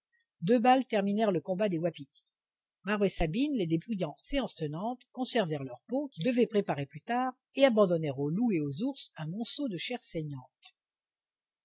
deux balles terminèrent le combat des wapitis marbre et sabine les dépouillant séance tenante conservèrent leur peau qu'ils devaient préparer plus tard et abandonnèrent aux loups et aux ours un monceau de chair saignante